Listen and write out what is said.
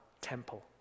temple